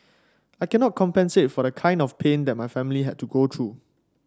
I cannot compensate for the kind of pain that my family had to go through